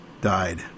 died